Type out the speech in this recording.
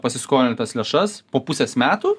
pasiskolintas lėšas po pusės metų